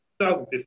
2015